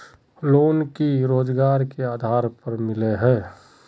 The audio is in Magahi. लोन की रोजगार के आधार पर मिले है?